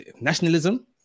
nationalism